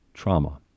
Trauma